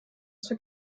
zur